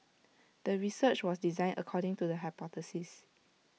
the research was designed according to the hypothesis